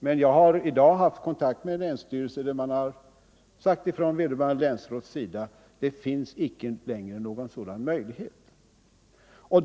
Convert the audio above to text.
Men jag har i dag haft kontakt med en länsstyrelse, där vederbörande länsråd sagt att det icke längre finns någon sådan möjlighet.